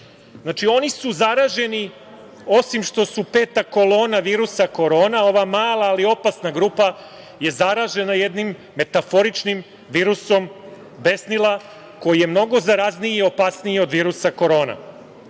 Znači, oni su zaraženi, osim što su peta kolona virusa korona, ova mala ali opasna grupa je zaražena jednim metaforičnim virusom besnila koji je mnogo zarazniji i opasniji od virusa korona.